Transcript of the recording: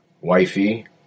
wifey